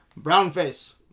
Brownface